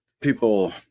people